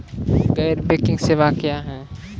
गैर बैंकिंग सेवा क्या हैं?